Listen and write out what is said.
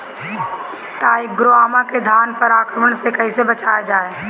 टाइक्रोग्रामा के धान पर आक्रमण से कैसे बचाया जाए?